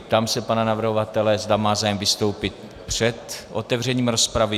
Ptám se pana navrhovatele, zda má zájem vystoupit před otevřením rozpravy?